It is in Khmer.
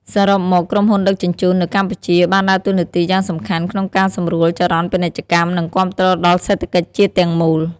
សរុបមក ក្រុមហ៊ុនដឹកជញ្ជូននៅកម្ពុជាបានដើរតួនាទីយ៉ាងសំខាន់ក្នុងការសម្រួលចរន្តពាណិជ្ជកម្មនិងគាំទ្រដល់សេដ្ឋកិច្ចជាតិទាំងមូល។